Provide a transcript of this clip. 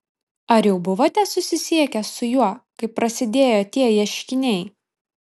ar jau buvote susisiekęs su juo kai prasidėjo tie ieškiniai